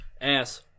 ass